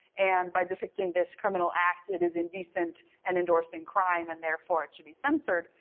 and by depicting this criminal act, it is indecent and endorsing crime and therefore it should be censored.